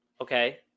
Okay